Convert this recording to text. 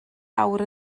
awr